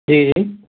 جی جی